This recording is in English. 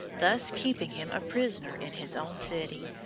thus keeping him a prisoner in his own city.